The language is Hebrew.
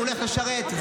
הולך לשרת,